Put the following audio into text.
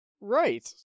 Right